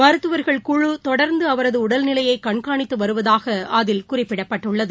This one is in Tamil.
மருத்துவர்கள் குழு தொடர்ந்துஅவரதுடடல்நிலையைகண்காணித்துவருவதாகஅதில் குறிப்பிடப்பட்டுள்ளது